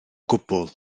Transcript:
gwbl